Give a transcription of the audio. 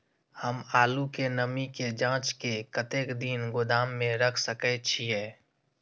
हम आलू के नमी के जाँच के कतेक दिन गोदाम में रख सके छीए?